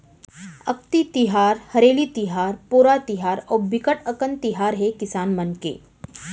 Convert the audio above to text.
अक्ति तिहार, हरेली तिहार, पोरा तिहार अउ बिकट अकन तिहार हे किसान मन के